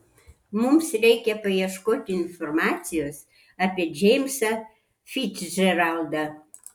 mums reikia paieškoti informacijos apie džeimsą ficdžeraldą